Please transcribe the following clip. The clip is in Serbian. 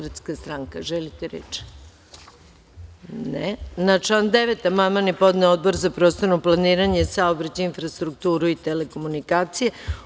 Da li neko želi reč? (Ne) Na član 9. amandman je podneo Odbor za prostorno planiranje, saobraćaj, infrastrukturu i telekomunikacije.